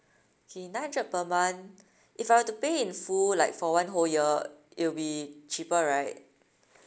okay nine hundred per month if I were to pay in full like for one whole year it will be cheaper right